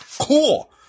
Cool